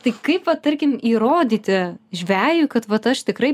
tai kaip va tarkim įrodyti žvejui kad vat aš tikrai